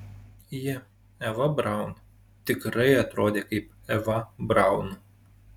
ji eva braun tikrai atrodė kaip eva braun